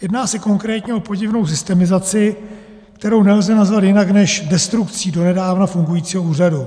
Jedná se konkrétně o podivnou systemizaci, kterou nelze nazvat jinak než destrukcí donedávna fungujícího úřadu.